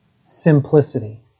simplicity